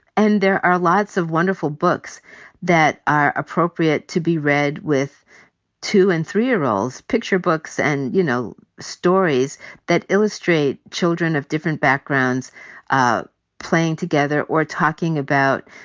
and there are lots of wonderful books that are appropriate to be read with two and three-year-olds, picture books and, you know, stories that illustrate children of different backgrounds ah playing together or talking about,